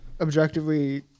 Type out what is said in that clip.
objectively